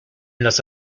las